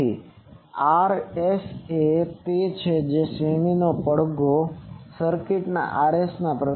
તેથી Rs એ તે છે જે શ્રેણીના પડઘો સર્કિટના Rs